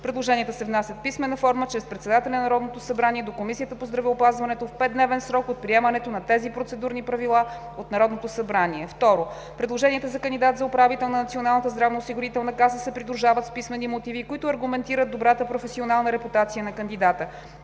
Предложенията се внасят в писмена форма чрез председателя на Народното събрание до Комисията по здравеопазването в 5 дневен срок от приемането на тези процедурни правила от Народното събрание. 2. Предложенията за кандидат за управител на Националната здравноосигурителна каса се придружават с писмени мотиви, които аргументират добрата професионална репутация на кандидата.